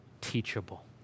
teachable